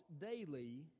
daily